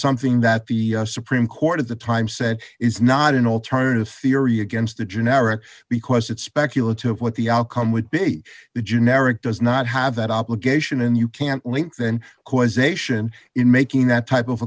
something that the supreme court at the time said is not an alternative theory against the generic because it's speculative what the outcome would be the generic does not have that obligation and you can't link then causation in making that type of